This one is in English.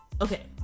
okay